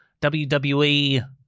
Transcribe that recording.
WWE